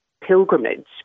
pilgrimage